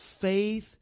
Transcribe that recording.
Faith